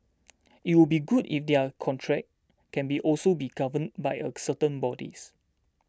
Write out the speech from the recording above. it would be good if they are contract can also be governed by a certain bodies